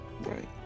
Right